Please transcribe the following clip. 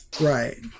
right